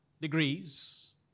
degrees